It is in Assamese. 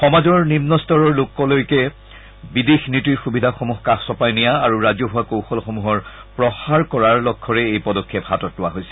সমাজৰ নিম্নস্তৰৰ লোকলৈকে বিদেশ নীতিৰ সুবিধাসমূহ কাষ চপাই নিয়া আৰু ৰাজহুৱা কৌশলসমূহৰ প্ৰসাৰ কৰাৰ লক্ষ্যৰে এই পদক্ষেপ হাতত লোৱা হৈছে